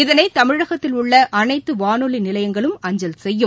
இதனை தமிழகத்தில் உள்ள அனைத்து வானொலி நிலையங்களும் அஞ்சல் செய்யும்